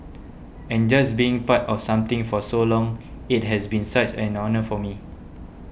and just being part of something for so long it has been such an honour for me